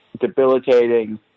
debilitating